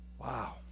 Wow